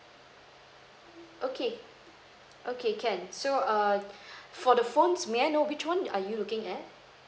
okay okay can so err for the phones may I know which one are you looking at